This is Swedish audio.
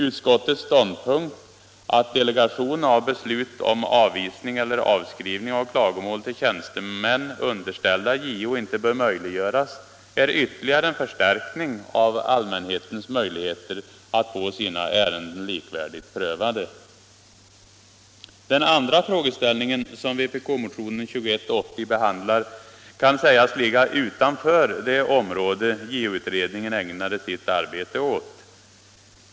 Utskottets ståndpunkt att delegation av beslut om avvisning eller avskrivning av klagomål till tjänstemän underställda JO inte bör möjliggöras är ytterligare en förstärkning av allmänhetens möjligheter att få sina ärenden likvärdigt prövade. Den andra frågeställningen som vpk-motionen 2180 behandlar kan sägas ligga utanför det område JO-utredningen ägnade sitt arbete åt.